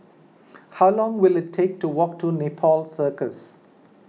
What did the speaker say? how long will it take to walk to Nepal Circus